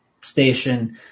station